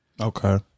Okay